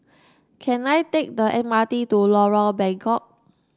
can I take the M R T to Lorong Bengkok